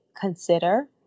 consider